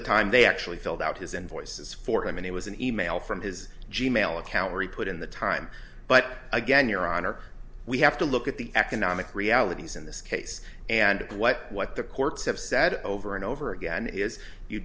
the time they actually filled out his invoices for him and he was an e mail from his g mail account where he put in the time but again your honor we have to look at the economic realities in this case and what what the courts have said over and over again is you